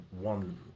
one